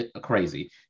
crazy